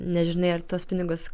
nežinai ar tuos pinigus